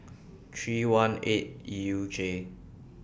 three one eight E U J